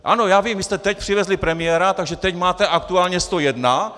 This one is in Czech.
Ano, já vím, vy jste teď přivezli premiéra, takže teď máte aktuálně 101.